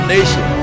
Nation